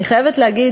אני חייבת להגיד